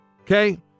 Okay